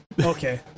Okay